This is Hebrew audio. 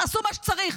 תעשו מה שצריך.